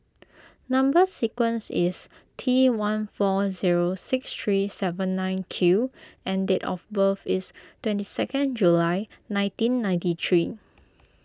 Number Sequence is T one four zero six three seven nine Q and date of birth is twenty second July nineteen ninety three